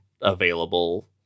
available